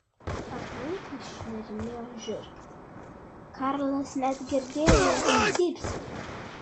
aplinkui šmirinėjo žiurkės karlas net girdėjo jas cypsint